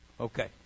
Okay